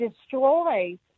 destroy